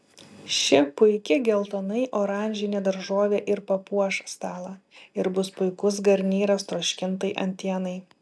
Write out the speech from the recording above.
ši puiki geltonai oranžinė daržovė ir papuoš stalą ir bus puikus garnyras troškintai antienai